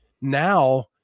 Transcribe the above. Now